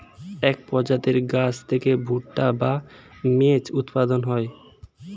এক প্রজাতির গাছ থেকে ভুট্টা বা মেজ উৎপন্ন হয়